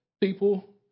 people